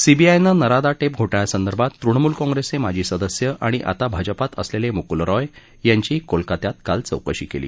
सीबीआयनं नरादा टेप घोटाळ्यासंदर्भात तृणमूल काँग्रेसचे माजी सदस्य आणि आता भारतीय जनता पार्टीत असलेले मुकूल रॉय यांची कोलकत्यात काल चौकशी केली